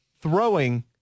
throwing